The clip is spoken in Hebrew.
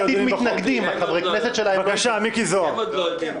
חברי הכנסת מיש עתיד מתנגדים.